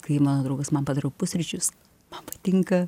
kai mano draugas man padaro pusryčius man patinka